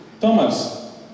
Thomas